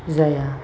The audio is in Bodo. जाया